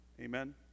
Amen